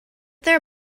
there